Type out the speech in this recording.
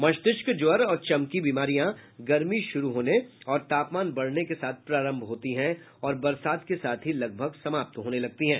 मस्तिष्क ज्वर और चमकी बीमारियां गर्मी शुरू होने और तापमान बढ़ने के साथ प्रारंभ होती हैं और बरसात के साथ ही लगभग समाप्त होने लगती हैं